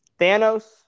Thanos